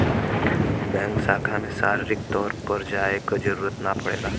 bank शाखा में शारीरिक तौर पर जाये क जरुरत ना पड़ेला